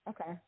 Okay